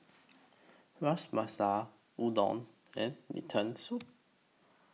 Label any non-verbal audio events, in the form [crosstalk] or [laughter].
Ras [unintelligible] Udon and Lentil Soup